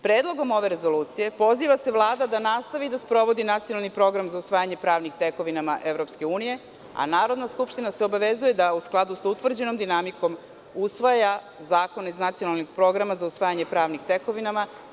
Predlogom ove rezolucije poziva se Vlada da nastavi da sprovodi nacionalni program za usvajanje pravnih tekovina EU, a Narodna skupština se obavezuje da u skladu sa utvrđenom dinamikom usvaja zakone iz nacionalnih programa za usvajanje pravnih tekovina.